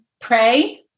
pray